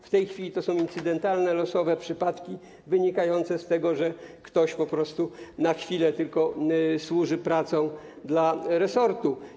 W tej chwili to są incydentalne, losowe przypadki wynikające z tego, że ktoś po prostu na chwilę tylko służy pracą dla resortu.